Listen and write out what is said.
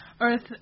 earth